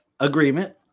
agreement